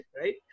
right